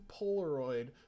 Polaroid